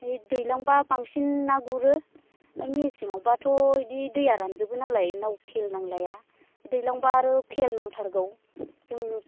दैज्लांबा बांसिन ना गुरो मेसेङावबाथ' बिदि दैआ रानजोबो नालाय नाव फेल नांलाया दैज्लांबा आरो फेल नांथारगौ जों